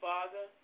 Father